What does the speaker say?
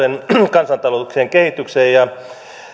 kansantalouksien kehitykseen minun mielestäni